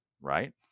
Right